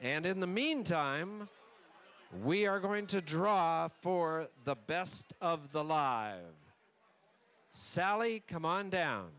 and in the meantime we are going to draw for the best of the law sally come on down